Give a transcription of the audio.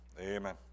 Amen